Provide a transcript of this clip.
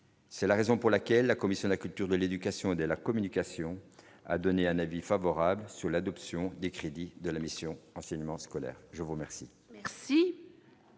c'est la raison pour laquelle la Commission de la culture, de l'éducation et de la communication, a donné un avis favorable sur l'adoption des crédits de la mission enseignement scolaire je vous remercie.